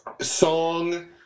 song